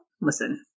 listen